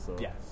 yes